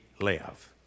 live